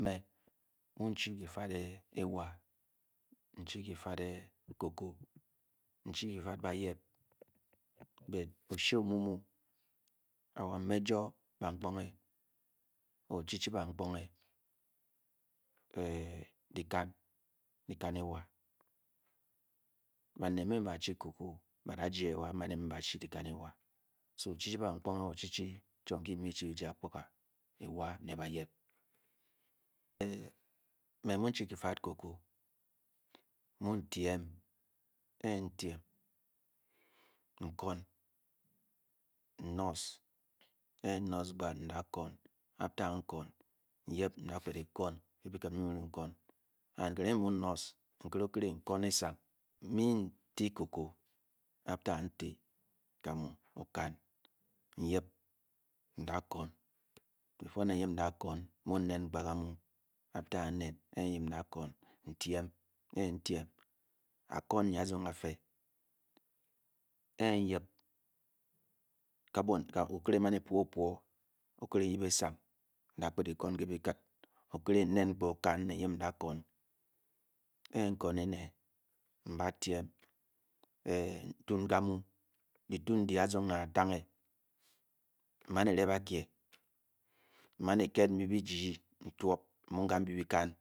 Me-u'chi kifad ewa'n-chi kisag cocoa n'chi kafad baȳeē but o-shee-o-mu mú o'chi-chi bankpunge. dikan. dikan êwa. banet mbe-ba-chi cocoa bá da jew wa' mbe-ba chi dikem ewa. so o'chi-chi chwom nki bi mu-o chi bija akpuga ewa ne'bayep me mu chi kifad cocoa. mu tiem. a'tiem úkwon. n'nurse. a'nurse kpait uda kwon after n'kwon. nyip nda pet kwon erin"mu nurse nkire o'kere ukwon esaug after wti ka'ma'wda kwon. a'kwon nee azong a'feé- e-yip okere o'man epou ohure. eyip e'sang udi kpet e'kwon ké bikēt o'kire n men' o'kan ue-yip n'da kwon. ekwon ene-ba'tiem ntun ka' my ditun udi aʒong atauge. man eve bakyie e m'a'n eket mbi-bi-ji ntwob n'mung ka'mbi bi kan.